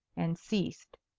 and ceased.